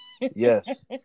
Yes